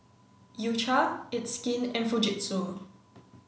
U Cha it's skin and Fujitsu